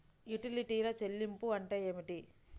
యుటిలిటీల చెల్లింపు అంటే ఏమిటి?